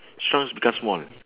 shrunk is become small